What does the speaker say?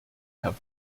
have